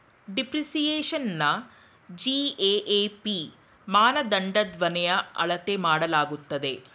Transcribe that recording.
ಡಿಪ್ರಿಸಿಯೇಶನ್ನ GAAP ಮಾನದಂಡದನ್ವಯ ಅಳತೆ ಮಾಡಲಾಗುತ್ತದೆ